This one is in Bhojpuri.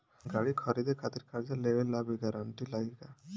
गाड़ी खरीदे खातिर कर्जा लेवे ला भी गारंटी लागी का?